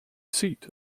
seat